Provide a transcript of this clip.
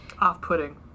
Off-putting